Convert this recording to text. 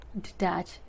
detach